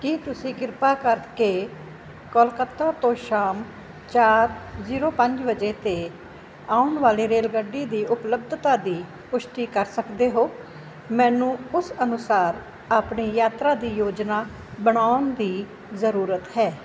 ਕੀ ਤੁਸੀਂ ਕਿਰਪਾ ਕਰਕੇ ਕੋਲਕਾਤਾ ਤੋਂ ਸ਼ਾਮ ਚਾਰ ਜ਼ੀਰੋ ਪੰਜ ਵਜੇ 'ਤੇ ਆਉਣ ਵਾਲੀ ਰੇਲਗੱਡੀ ਦੀ ਉਪਲੱਬਧਤਾ ਦੀ ਪੁਸ਼ਟੀ ਕਰ ਸਕਦੇ ਹੋ ਮੈਨੂੰ ਉਸ ਅਨੁਸਾਰ ਆਪਣੀ ਯਾਤਰਾ ਦੀ ਯੋਜਨਾ ਬਣਾਉਣ ਦੀ ਜ਼ਰੂਰਤ ਹੈ